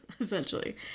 essentially